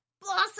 Blossom